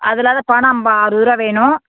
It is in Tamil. அது இல்லாது பணம் அறுபது ருபா வேணும்